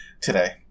today